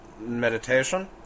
meditation